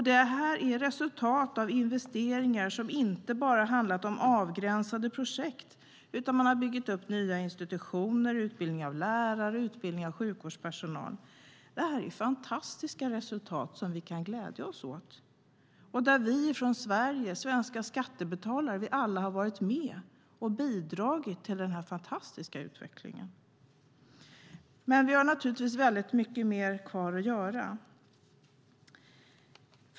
Det här är resultat av investeringar som inte bara handlat om avgränsade projekt utan till exempel har inneburit uppbyggnad av institutioner samt utbildning av lärare och sjukvårdspersonal. Det här är fantastiska resultat som vi kan glädjas åt, och svenska skattebetalare har bidragit till denna fantastiska utveckling. Men det finns naturligtvis mer kvar att göra.